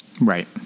Right